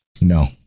No